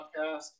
podcast